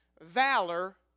valor